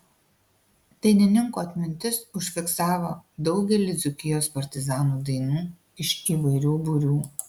dainininko atmintis užfiksavo daugelį dzūkijos partizanų dainų iš įvairių būrių